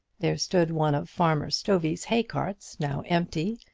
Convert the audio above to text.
there stood one of farmer stovey's hay-carts, now empty,